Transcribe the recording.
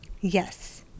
Yes